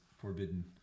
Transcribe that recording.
forbidden